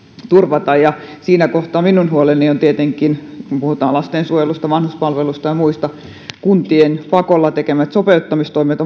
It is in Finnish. turvata ja siinä kohtaa minun huoleni on tietenkin puhutaan lastensuojelusta vanhuspalvelusta ja muista kuntien omaan talouteensa pakolla tekemät sopeuttamistoimet